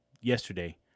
yesterday